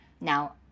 now